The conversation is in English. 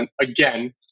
again